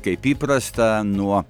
kaip įprasta nuo